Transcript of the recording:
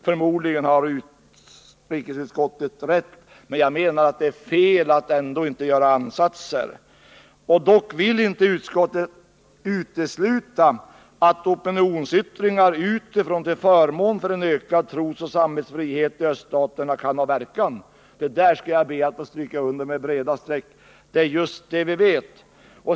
Förmodligen har utrikesutskottet rätt, men jag menar ändå att det är fel att inte göra insatser. Dock vill utskottet ”inte utesluta att opinionsyttringar utifrån till förmån för en ökad trosoch samvetsfrihet i öststaterna kan ha verkan”. Det där skall jag be att få stryka under med breda streck. Det är just det vi vet.